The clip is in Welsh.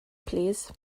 plîs